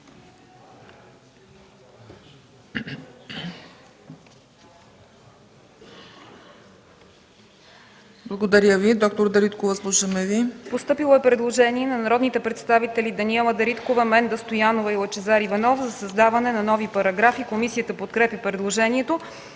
ДОКЛАДЧИК ДАНИЕЛА ДАРИТКОВА-ПРОДАНОВА: Постъпило е предложение на народните представители Даниела Дариткова, Менда Стоянова и Лъчезар Иванов за създаване на нови параграфи. Комисията подкрепя предложението.